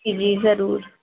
جی جی ضرور